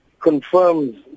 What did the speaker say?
confirms